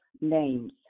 Names